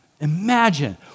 Imagine